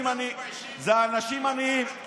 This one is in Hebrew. אלה אנשים עניים.